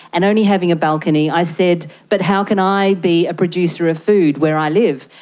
and only having a balcony, i said, but how can i be a producer of food where i live?